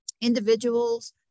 individuals